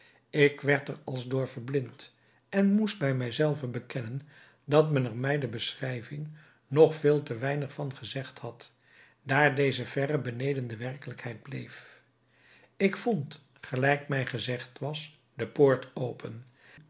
ik werd er als door verblind en moest bij mij zelven bekennen dat men er mij bij de beschrijving nog veel te weinig van gezegd had daar deze verre beneden de werkelijkheid bleef ik vond gelijk mij gezegd was de poort open